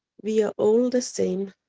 we are all the same.